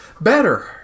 better